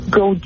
go